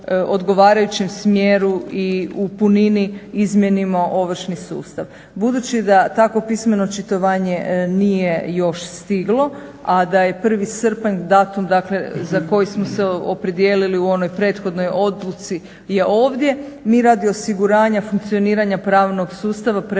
u punini izmijenimo ovršni sustav. Budući da takvo pismeno očitovanje nije još stiglo, a da je 1. srpanj datum dakle za koji smo se opredijelili u onoj prethodnoj odluci je ovdje mi radi osiguranja funkcioniranja pravnog sustava predlažemo